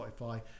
Spotify